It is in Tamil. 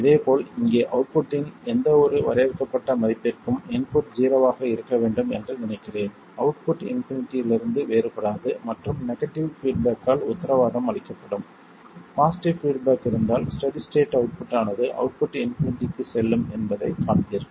இதேபோல் இங்கே அவுட்புட்டின் எந்தவொரு வரையறுக்கப்பட்ட மதிப்பிற்கும் இன்புட் ஜீரோவாக இருக்க வேண்டும் என்று நினைக்கிறேன் அவுட்புட் இன்பினிட்டியிலிருந்து வேறுபடாது மற்றும் நெகடிவ் பீட்பேக்கால் உத்தரவாதம் அளிக்கப்படும் பாசிட்டிவ் பீட்பேக் இருந்தால் ஸ்டெடி ஸ்டேட் அவுட்புட் ஆனது அவுட்புட் இன்பினிட்டிக்கு செல்லும் என்பதைக் காண்பீர்கள்